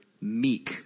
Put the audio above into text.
meek